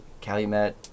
Calumet